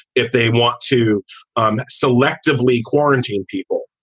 if they want to um selectively quarantine people,